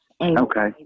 Okay